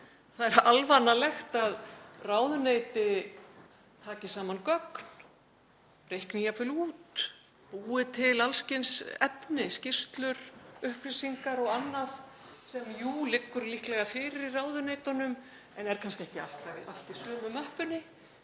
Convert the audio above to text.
það er alvanalegt að ráðuneyti taki saman gögn, reikni jafnvel út og búi til alls kyns efni, skýrslur, upplýsingar og annað, sem liggur jú líklega fyrir í ráðuneytunum en er kannski ekki alltaf allt í sömu möppunni.